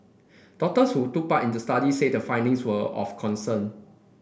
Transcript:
doctors who took part in the study said the findings were of concern